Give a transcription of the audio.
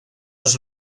los